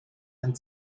ein